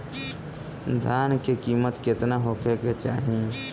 धान के किमत केतना होखे चाही?